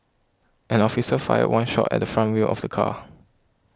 an officer fired one shot at the front wheel of the car